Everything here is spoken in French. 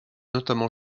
notamment